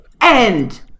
end